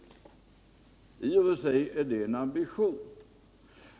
I och för sig är det en ambition.